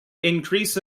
increase